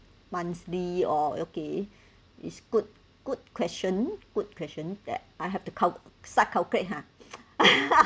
monthly or okay it's good good question good question that I have to cal~ start calculate ha